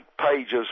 pages